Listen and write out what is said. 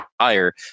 higher